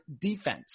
defense